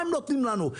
מה הם נותנים לנו?